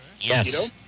Yes